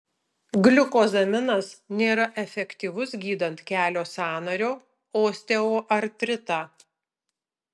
gliukozaminas nėra efektyvus gydant kelio sąnario osteoartritą